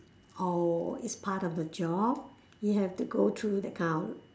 or it's part of the job you have to go through that kind of